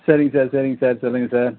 சரிங்க சார் சரிங்க சார் சொல்லுங்கள் சார்